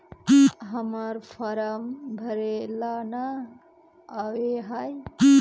हम्मर फारम भरे ला न आबेहय?